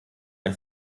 ein